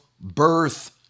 birth